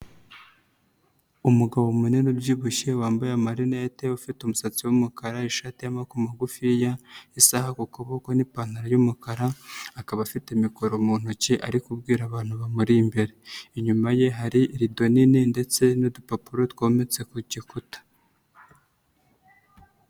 Umugabo munini ubyibushye wambaye a marinete ufite umusatsi w'umukara, ishati y'amaboko magufiya, isaha ku kuboko n'ipantaro y'umukara akaba afite mikoro mu ntoki ari kubwira abantu bamuri imbere, inyuma ye hari rido nini ndetse n'udupapuro twometse ku gikuta.